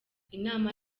inama